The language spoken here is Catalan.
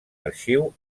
arxiu